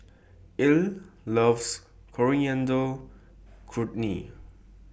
Ilah loves Coriander Chutney